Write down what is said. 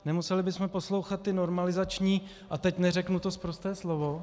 Nemuseli bychom poslouchat ty normalizační a teď neřeknu to sprosté slovo.